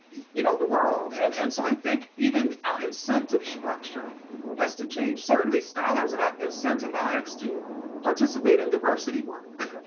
you know the world. and and so i think even our incentive structure has to change. certainly, scholars are not incentivized to participate in diversity work.